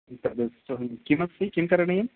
किमपि किम् करणीयम्